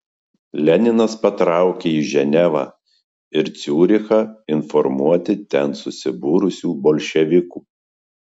leninas patraukė į ženevą ir ciurichą informuoti ten susibūrusių bolševikų